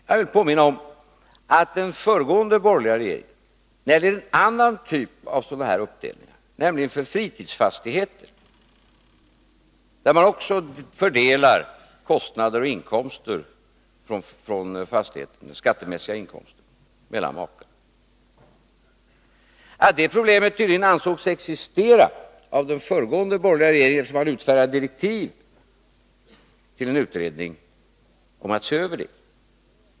Jag vill påminna om att den föregående borgerliga regeringen tog upp frågan om en annan typ av sådan här uppdelning — nämligen avseende fritidsfastigheter, där man också skattemässigt fördelar kostnader och inkomster från fastigheter mellan makar. Den föregående borgerliga regeringen ansåg tydligen att problemet existerade, eftersom den utfärdade direktiv till en utredning om att se över det.